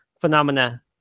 phenomena